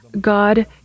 God